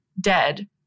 dead